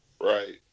Right